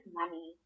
money